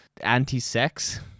anti-sex